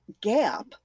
gap